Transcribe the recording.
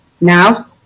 now